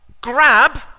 grab